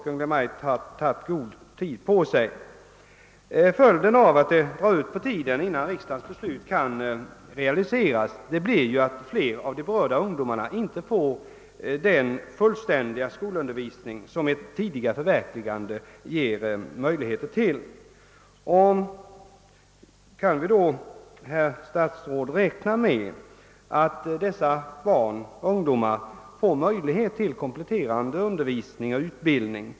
Kungl. Maj:t har alltså tagit god tid på sig. Följden av att det drar ut på tiden innan riksdagens beslut kan realiseras blir att fler av de berörda ungdomarna inte får den fullständiga skolundervisning som ett tidigare förverkligande ger möjligheter till. Kan vi då, herr statsråd, räkna med att dessa barn och ungdomar får möjlighet till kompletterande undervisning och utbildning?